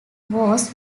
was